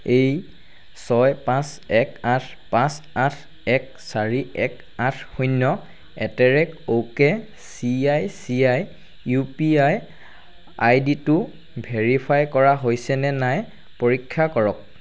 এই ছয় পাঁচ এক আঠ পাঁচ আঠ এক চাৰি এক আঠ শূন্য at the rate O K C I C I U P I আইডিটো ভেৰিফাই কৰা হৈছেনে নাই পৰীক্ষা কৰক